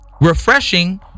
Refreshing